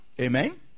Amen